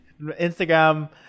instagram